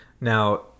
Now